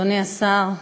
אדוני השר,